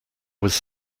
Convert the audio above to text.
was